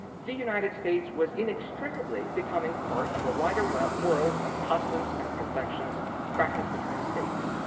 the united states was inextricably becoming part of a wider world world of customs and conventions practiced between states.